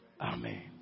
Amen